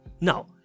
Now